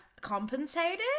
compensated